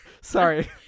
sorry